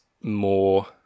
more